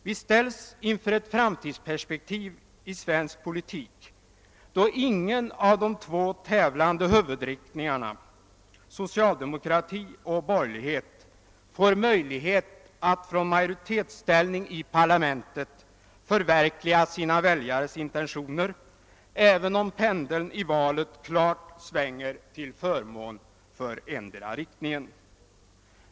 Vi ställs inför ett framtidsperspektiv i svensk politik där ingen av de två tävlande huvudriktningarna — socialdemokrati och borgerlighet — får möjlighet att från majoritetsställning i parlamentet förverkliga sina väljares intentioner, även om pendeln i valet klart svänger till förmån för endera riktningen.